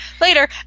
later